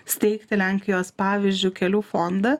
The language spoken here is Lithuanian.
steigti lenkijos pavyzdžiu kelių fondą